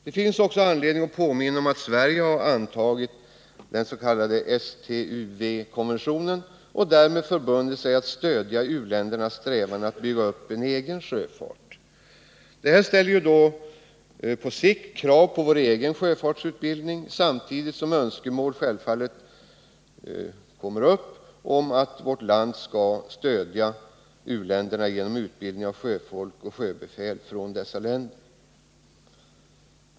Det finns också all anledning påminna om att Sverige har antagit den s.k. STUW-konventionen och därmed förbundit sig att stödja u-ländernas strävan att bygga upp en egen sjöfart. Detta ställer på sikt krav på vår egen sjöfartsutbildning, eftersom önskemål självfallet kommer att framföras om att vårt land skall genom utbildning av sjöfolk och sjöbefäl stödja u-länderna.